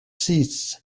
seats